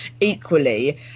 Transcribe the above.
equally